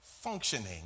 functioning